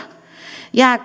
jää